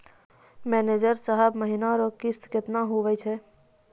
manager साहब महीना रो किस्त कितना हुवै छै